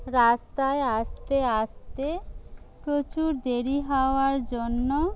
রাস্তায় আসতে আসতে প্রচুর দেরি হওয়ার জন্য